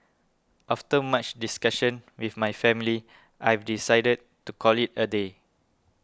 after much discussion with my family I've decided to call it a day